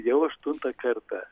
jau aštuntą kartą